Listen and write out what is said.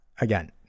Again